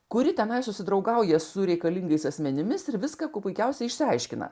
kuri tenai susidraugauja su reikalingais asmenimis ir viską kuo puikiausiai išsiaiškino